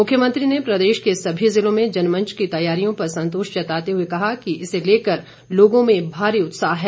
मुख्यमंत्री ने प्रदेश के सभी जिलों में जनमंच की तैयारियों पर संतोष जताते हुए कहा कि इसे लेकर लोगों में भारी उत्साह है